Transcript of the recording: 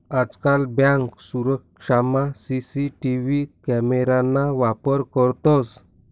आजकाल बँक सुरक्षामा CCTV camera ना वापर करतंस